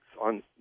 on